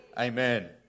Amen